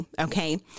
okay